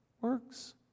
works